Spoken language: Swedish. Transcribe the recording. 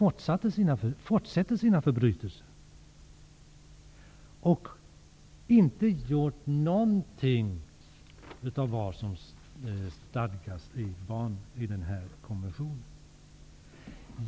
De fortsätter sina förbrytelser. De har inte gjort någonting av vad som stadgas i den här konventionen.